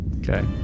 Okay